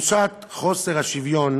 "תחושת חוסר השוויון